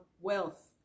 wealth